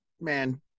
man